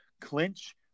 clinch